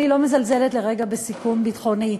אני לא מזלזלת לרגע בסיכון ביטחוני,